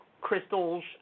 crystals